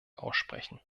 aussprechen